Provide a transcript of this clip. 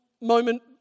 moment